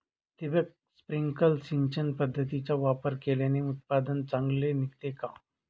ठिबक, स्प्रिंकल सिंचन पद्धतीचा वापर केल्याने उत्पादन चांगले निघते का?